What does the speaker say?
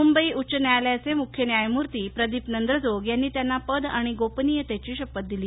मृंबई उच्च न्यायालयाचे मृख्य न्यायमूर्ती प्रदीप नंद्रजोग यांनी त्यांना पद आणि गोपनीयतेची शपथ दिली